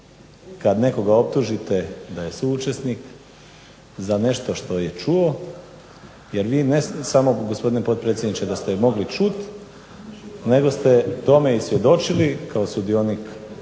kad nekoga optužite da je suučesnik za nešto što je čuo, jer vi ne samo gospodine potpredsjedniče da ste mogli čuti nego ste tome i svjedočili kao sudionik, aktivni